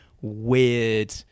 weird